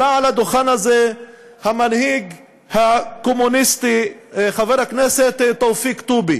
עלה על הדוכן הזה המנהיג הקומוניסטי חבר הכנסת תופיק טובי,